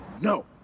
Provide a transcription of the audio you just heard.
No